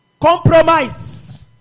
Compromise